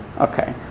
Okay